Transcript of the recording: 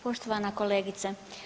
Poštovana kolegice.